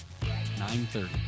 9.30